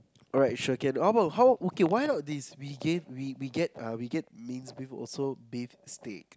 alright so okay how about how okay why not this we gave we get a mined beef also beef steak